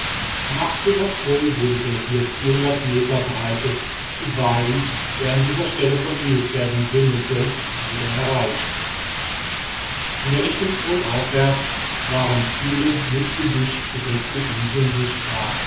am april wurde der hier meter breite kibali der an dieser stelle von nilpferden wimmelte wieder erreicht in der richtung stromaufwärts waren viele mit gebüsch bedeckte inseln sichtbar